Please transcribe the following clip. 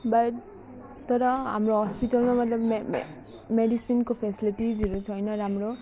but तर हाम्रो हस्पिटलमा मतलब मे मे मेडिसिन्सको फेसिलिटिसहरू छैन राम्रो